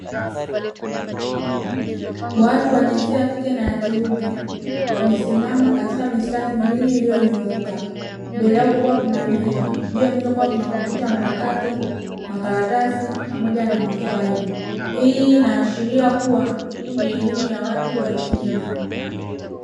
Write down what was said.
Watu wa jinsia ya kike na kiume wamesimama katika mistari miwili iliyonyooka, mbele yao kukiwa kuna meza, juu ya meza kukika kuna kompyuta mpakato, makaratasi pamoja na mafaili. Hii inaashiria kuwa ni elimu ya watu wazima.